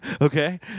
Okay